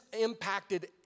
impacted